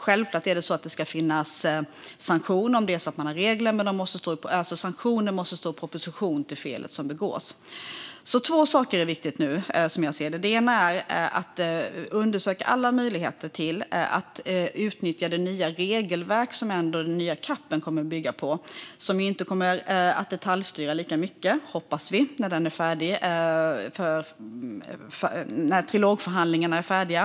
Självklart ska det finnas sanktioner om det finns regler, men de måste stå i proportion till felet som begåtts. Jag anser att två saker är viktiga. Den ena är att undersöka alla möjligheter att utnyttja det nya regelverk som denna nya CAP kommer att bygga på. Den kommer inte att detaljstyra lika mycket, hoppas vi, när trilogförhandlingarna är färdiga.